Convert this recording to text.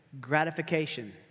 gratification